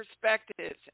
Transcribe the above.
perspectives